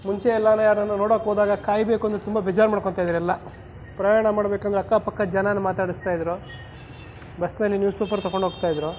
ಮುಂಚೆ ಎಲ್ಲಾ ಯಾವ್ದಾರಾ ನೋಡೋಕ್ಕೋದಾಗ ಕಾಯಬೇಕು ಅಂದ್ರೆ ತುಂಬ ಬೇಜಾರು ಮಾಡ್ಕೊಳ್ತಾ ಇದ್ರು ಎಲ್ಲ ಪ್ರಯಾಣ ಮಾಡ್ಬೇಕಂದ್ರೆ ಅಕ್ಕಪಕ್ಕದ ಜನಾನ್ನ ಮಾತಾಡಿಸ್ತಾ ಇದ್ದರು ಬಸ್ನಲ್ಲಿ ನ್ಯೂಸ್ ಪೇಪರ್ ತೊಕೊಂಡು ಹೋಗ್ತಾ ಇದ್ದರು